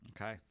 Okay